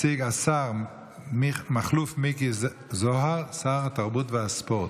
יציג השר מכלוף מיקי זוהר, שר התרבות והספורט.